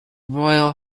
royal